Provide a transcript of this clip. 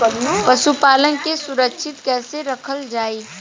पशुपालन के सुरक्षित कैसे रखल जाई?